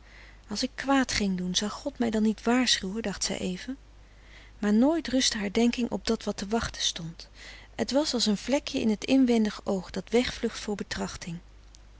als ik kwaad ging doen zou god mij dan niet waarschuwen dacht zij even maar nooit frederik van eeden van de koele meren des doods rustte haar denking op dat wat te wachten stond het was als een vlekje in t inwendig oog dat wegvlucht voor betrachting